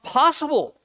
possible